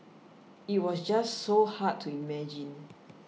it was just so hard to imagine